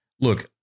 look